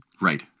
Right